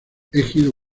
ejido